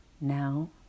Now